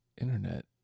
internet